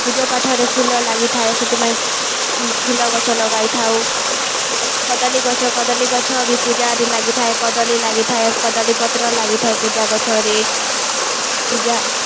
ପୂଜାପାଠରେ ଫୁଲ ଲାଗିଥାଏ ସେଥିପାଇଁ ଉଁ ଫୁଲଗଛ ଲଗାଇଥାଉ କଦଳୀ ଗଛ କଦଳୀ ଗଛ ବି ପୂଜାରେ ଲାଗିଥାଏ କଦଳୀ ଲାଗିଥାଏ କଦଳୀ ପତ୍ର ଲାଗିଥାଏ ପୂଜା ଗଛରେ ପୂଜା